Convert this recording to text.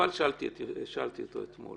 אבל שאלתי אותו אתמול.